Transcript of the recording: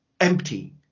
empty